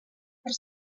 per